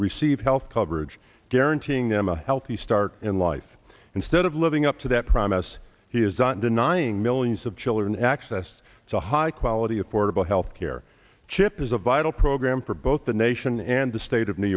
receive health coverage guaranteeing them a healthy start in life instead of living up to that promise he is not denying millions of children access to high quality affordable health care chip is a vital program for both the nation and the state of new